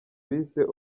bise